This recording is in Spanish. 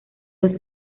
dos